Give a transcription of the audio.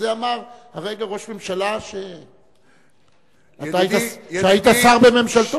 זה אמר הרגע ראש ממשלה שאתה היית שר בממשלתו.